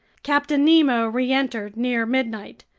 captain nemo reentered near midnight.